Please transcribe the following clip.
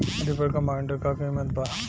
Reaper combiner का किमत बा?